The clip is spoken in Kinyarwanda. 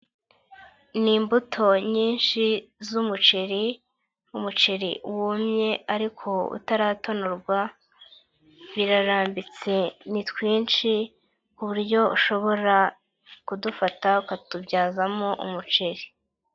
Ni imbuto nyinshi z'umuceri, umuceri wumye ariko utaratonorwa, birarambitse ni twinshi ku buryo ushobora kudufata ukatubyazamo umuceri.